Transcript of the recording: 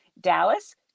Dallas